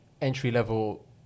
entry-level